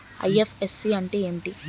IFSC అంటే ఏమిటి?